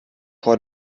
vor